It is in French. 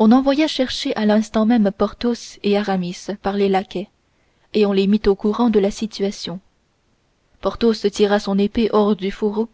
on envoya chercher à l'instant même porthos et aramis par les laquais et on les mit au courant de la situation porthos tira son épée hors du fourreau